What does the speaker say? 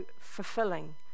fulfilling